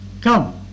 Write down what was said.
come